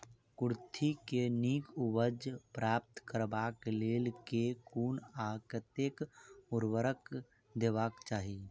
कुर्थी केँ नीक उपज प्राप्त करबाक लेल केँ कुन आ कतेक उर्वरक देबाक चाहि?